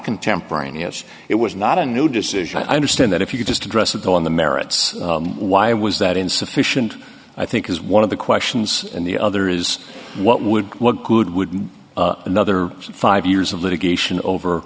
contemporaneous it was not a new decision i understand that if you could just address of the on the merits why was that insufficient i think is one of the questions and the other is what would what good would another five years of litigation over